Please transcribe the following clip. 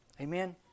Amen